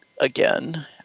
again